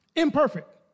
imperfect